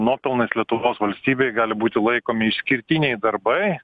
nuopelnais lietuvos valstybei gali būti laikomi išskirtiniai darbai